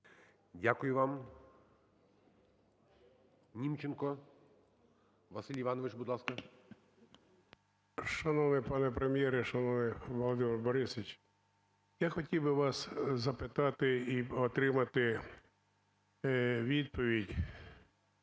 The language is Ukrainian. Дякую вам. НімченкоВасиль Іванович, будь ласка. 11:11:06 НІМЧЕНКО В.І. Шановний пане Прем'єр, шановний Володимир Борисович, я хотів би вас запитати і отримати відповідь